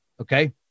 Okay